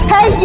Hey